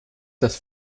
das